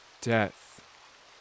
death